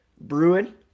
Bruin